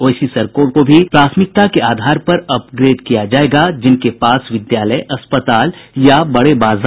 वैसी सड़कों को भी प्राथमिकता के आधार पर अपग्रेड किया जायेगा जिनके पास विद्यालय अस्पताल या बड़े बाजार हैं